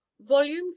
Volume